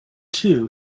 too